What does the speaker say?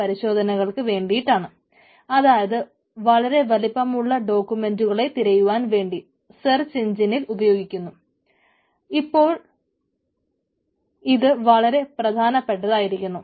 പക്ഷെ ഇപ്പോൾ അത് വളരെ പ്രധാനപ്പെട്ടതായിരിക്കുന്നു